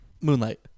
Moonlight